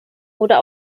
oder